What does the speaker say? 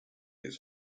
his